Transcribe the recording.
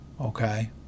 Okay